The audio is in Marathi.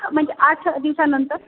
म्हणजे आठ दिवसानंतर